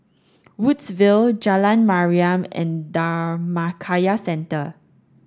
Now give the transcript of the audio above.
Woodsville Jalan Mariam and Dhammakaya Centre